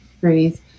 breathe